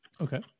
Okay